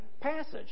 passage